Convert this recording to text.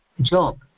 job